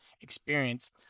experience